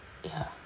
ya